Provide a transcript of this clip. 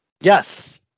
yes